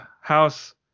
house